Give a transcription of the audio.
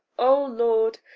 o lord,